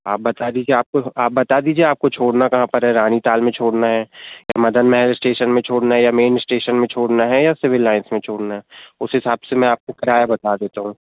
आप बता दीजिए आपको आप बता दीजिए आपको छोड़ना कहाँ पर है रानीताल में छोड़ना है मदन महल स्टेशन में छोड़ना है या मेन स्टेशन में छोड़ना है या सिविल लाइन्स में छोड़ना है उस हिसाब से मैं आपको किराया बता देता हूँ